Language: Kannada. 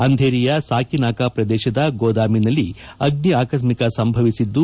ಅಂದೇರಿಯ ಸಾಕಿನಾಕ ಪ್ರದೇಶದಲ್ಲಿರುವ ಗೋದಾಮಿನಲ್ಲಿ ಅಗ್ನಿ ಆಕಸ್ತಿಕ ಸಂಭವಿಸಿದ್ದು